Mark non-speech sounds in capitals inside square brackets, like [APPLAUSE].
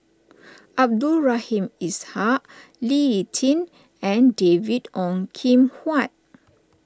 [NOISE] Abdul Rahim Ishak Lee Tjin and David Ong Kim Huat